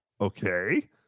Okay